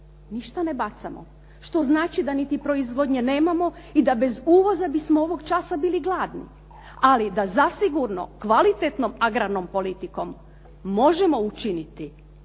Ništa ne bacamo, što znači da niti proizvodnje nemamo, i da bez uvoza gdje smo ovog časa bili gladni, ali da zasigurno kvalitetnom agrarnom politikom možemo učiniti